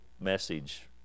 message